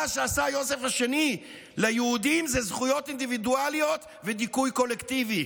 מה שעשה ג'וזף השני ליהודים זה זכויות אינדיבידואליות ודיכוי קולקטיבי.